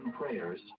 Prayers